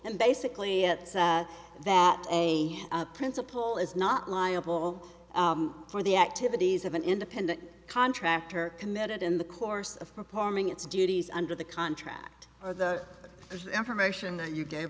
and basically that a principal is not liable for the activities of an independent contractor committed in the course of reporting its duties under the contract or the information that you gave